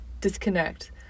disconnect